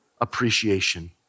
appreciation